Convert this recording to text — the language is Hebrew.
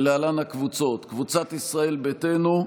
ולהלן הקבוצות: קבוצת סיעת ישראל ביתנו,